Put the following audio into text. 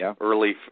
early